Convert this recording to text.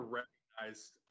recognized